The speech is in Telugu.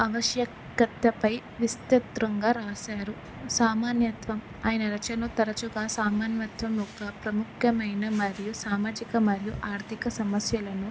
ఆవశ్యకతపై విస్తృతంగా రాశారు సమానత్వం ఆయన రచలు తరచుగా సమానత్వం యొక్క ప్రముఖ్యమైన మరియు సామాజిక మరియు ఆర్థిక సమస్యలను